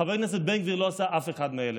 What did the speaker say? חבר הכנסת בן גביר לא עשה אף אחד מאלה.